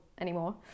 anymore